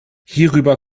hierüber